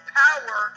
power